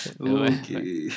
Okay